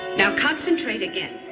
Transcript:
now, concentrate again.